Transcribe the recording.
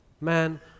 Man